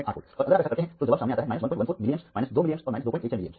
और अगर आप ऐसा करते हैं तो जवाब सामने आता है 114 मिलीएम्प 2 मिलीएम्प और 216 मिलीएम्प